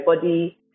body